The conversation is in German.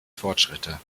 fortschritte